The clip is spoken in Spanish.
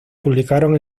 publicaron